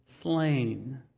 slain